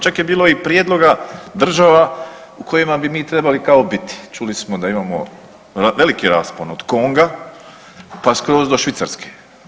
Čak je bilo i prijedloga država u kojima bi mi trebali kao biti, čuli smo da imamo veliki raspon od Konga pa skroz do Švicarske.